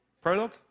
prologue